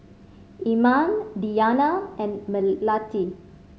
Iman Diyana and Melati